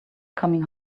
coming